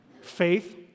Faith